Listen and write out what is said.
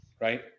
right